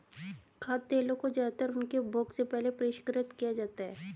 खाद्य तेलों को ज्यादातर उनके उपभोग से पहले परिष्कृत किया जाता है